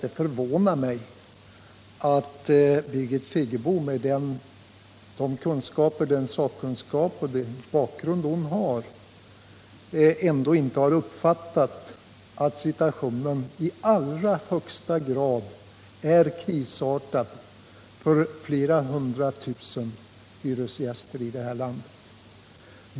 Det förvånar mig att Birgit Friggebo med den sakkunskap och den bakgrund hon har inte har uppfattat att situationen är i allra högsta grad krisartad för flera hundratusen hyresgäster här i landet.